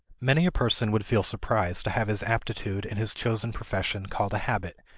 many a person would feel surprised to have his aptitude in his chosen profession called a habit,